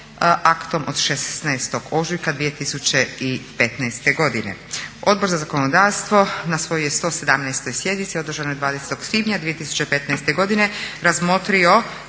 aktom od 16. ožujka 2015. godine. Odbor za zakonodavstvo na svojoj je 117. sjednici održanoj 20. svibnja 2015. godine razmotrio